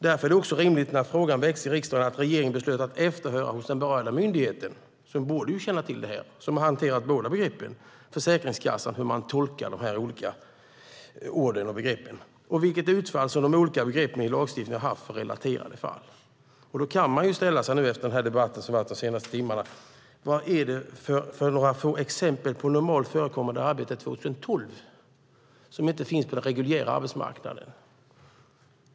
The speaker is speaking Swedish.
Därför var det också rimligt när frågan väcktes i riksdagen att regeringen beslöt att efterhöra hos den berörda myndigheten, Försäkringskassan, som borde känna till det här och som har hanterat båda begreppen hur man tolkar de olika orden och begreppen och vilket utfall som de olika begreppen i lagstiftningen har haft för relaterade fall. Då kan man, efter den debatt som varit de senaste timmarna, ställa sig frågan vad det är för få exempel på normalt förekommande arbete 2012 som inte finns på den reguljära arbetsmarknaden.